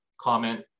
comment